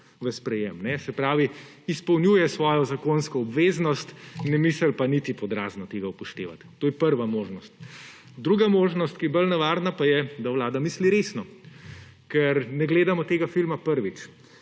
v sprejetje. Se pravi, izpolnjuje svojo zakonsko obveznost, ne misli pa niti pod razno tega upoštevati. To je prva možnost. Druga možnost, ki je bolj nevarna, je, da Vlada misli resno. Ker ne gledamo tega filma prvič.